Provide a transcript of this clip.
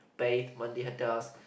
bathe mandi hadas